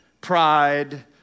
pride